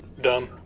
Done